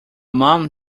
mom